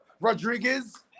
Rodriguez